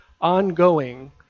ongoing